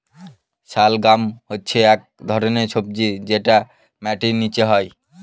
শালগাম হচ্ছে এক ধরনের সবজি যেটা মাটির নীচে হয়